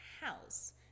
house